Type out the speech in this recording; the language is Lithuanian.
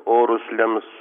orus lems